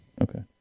Okay